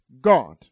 God